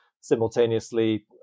simultaneously